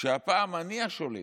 כשהפעם אני השולט,